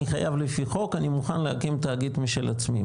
אני חייב לפי חוק ואני חייב להקים תאגיד משל עצמי.